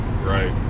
right